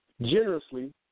generously